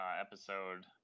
episode